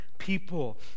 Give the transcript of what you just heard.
People